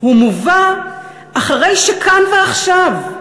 הוא מובא אחרי שכאן ועכשיו,